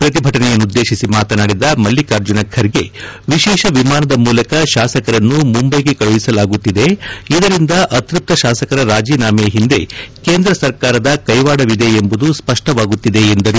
ಪ್ರತಿಭಟನೆಯನ್ನುದ್ದೇತಿಸಿ ಮಾತನಾಡಿದ ಮಲ್ಲಿಕಾರ್ಜುನ ಖರ್ಗೆ ವಿಶೇಷ ವಿಮಾನದ ಮೂಲಕ ಶಾಸಕರನ್ನು ಮುಂಬೈಗೆ ಕಳುಹಿಸಲಾಗುತ್ತಿದೆ ಇದರಿಂದ ಅತ್ಯಸ್ತ ಶಾಸಕರ ರಾಜೀನಾಮೆ ಹಿಂದೆ ಕೇಂದ್ರ ಸರ್ಕಾರದ ಕೈವಾಡವಿದೆ ಎಂಬುದು ಸ್ಪಷ್ಟವಾಗುತ್ತಿದೆ ಎಂದರು